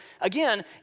again